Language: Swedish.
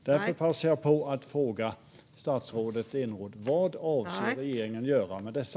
Därför passar jag på att fråga statsrådet Eneroth: Vad avser regeringen att göra med dessa?